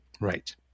right